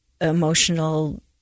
emotional